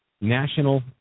National